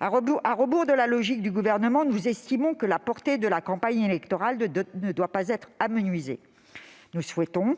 À rebours de la logique du Gouvernement, nous estimons que la portée de la campagne électorale ne doit pas être minimisée. Nous souhaitons